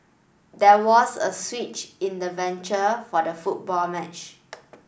there was a switch in the venture for the football match